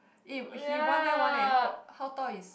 eh he one nine one leh how how tall is